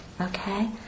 Okay